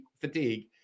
fatigue